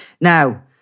Now